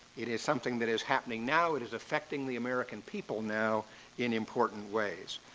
it is something that is happening now, it is affecting the american people now in important ways.